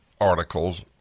articles